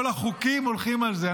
כל החוקים הולכים על זה.